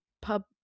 pub